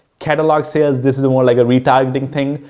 catalog sales, this is more like a retargeting thing.